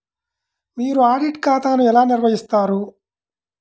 మీరు ఆడిట్ ఖాతాను ఎలా నిర్వహిస్తారు?